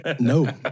No